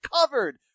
covered